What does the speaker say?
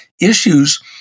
issues